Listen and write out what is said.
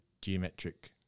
geometric